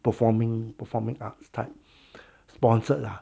performing performing arts type sponsored lah